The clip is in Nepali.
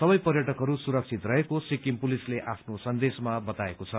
सबै पर्यटकहरू सुरक्षित रहेको सिक्किम पुलिसले आफ्नो सन्देशमा बताएको छ